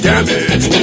Damage